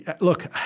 Look